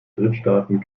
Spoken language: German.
drittstaaten